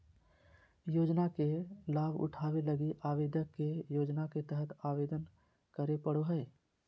योजना के लाभ उठावे लगी आवेदक के योजना के तहत आवेदन करे पड़ो हइ